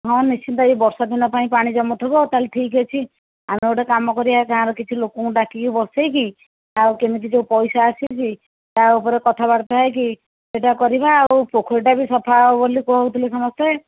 ହଁ ନିଶ୍ଚିନ୍ତ ଏ ବର୍ଷାଦିନ ପାଇଁ ପାଣି ଜମୁଥିବ ତା ହେଲେ ଠିକ୍ ଅଛି ଆମେ ଗୋଟେ କାମ କରିବା ଗାଁର କିଛି ଲୋକଙ୍କୁ ଡାକିକି ବସାଇକି ଆଉ କେମିତି ଯେଉଁ ପଇସା ଆସିଛି ତା ଉପରେ କଥାବାର୍ତ୍ତା ହେଇକି ସେଇଟା କରିବା ଆଉ ପୋଖୋରୀଟା ବି ସଫା ହେବ ବୋଲି କହୁଥିଲେ ସମସ୍ତେ